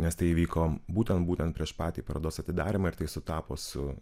nes tai įvyko būtent būtent prieš patį parodos atidarymą ir tai sutapo su